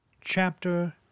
Chapter